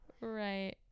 Right